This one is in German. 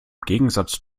gegensatz